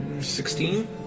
Sixteen